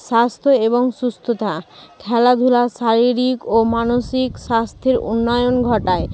স্বাস্থ্য এবং সুস্থতা খেলাধূলা শারীরিক ও মানসিক স্বাস্থ্যের উন্নয়ন ঘটায়